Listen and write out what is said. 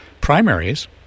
primaries